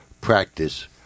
practice